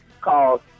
called